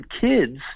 kids